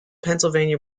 pennsylvania